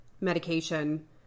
medication